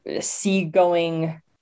seagoing